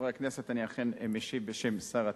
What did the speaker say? חברי הכנסת, אני אכן משיב בשם שר התמ"ת.